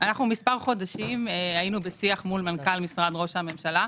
מספר חודשים היינו בשיח מול מנכ"ל משרד ראש הממשלה,